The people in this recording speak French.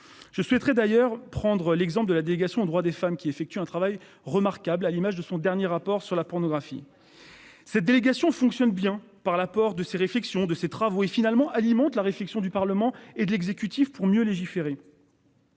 Je souhaiterais d'ailleurs prendre l'exemple de la délégation aux droits des femmes, qui effectue un travail remarquable, à l'image de son dernier rapport sur la pornographie. Cette délégation fonctionne bien par l'apport de ces réflexions de ces travaux et finalement alimente la réflexion du Parlement et de l'exécutif pour mieux légiférer.